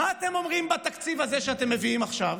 מה אתם אומרים בתקציב הזה שאתם מביאים עכשיו?